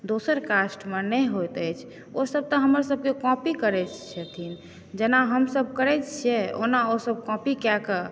दोसर कास्टमे नहि होइत अछि ओ सभ तऽ हमर सभकेँ कॉपी करै छथिन जेना हमसभ करै छियै ओना ओ सभ कॉपी कए कऽ